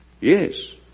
Yes